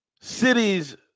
cities